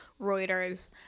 reuters